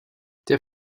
der